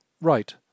Right